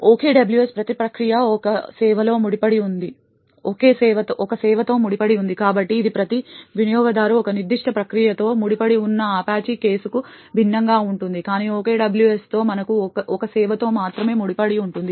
OKWS ప్రతి ప్రక్రియ ఒక సేవతో ముడిపడి ఉంటుంది కాబట్టి ఇది ప్రతి వినియోగదారు ఒక నిర్దిష్ట ప్రక్రియతో ముడిపడి ఉన్న అపాచీ కేసుకు భిన్నంగా ఉంటుంది కానీ OKWS తో మనకు ఒక సేవతో మాత్రమే ముడిపడి ఉంటుంది